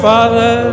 Father